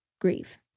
grieve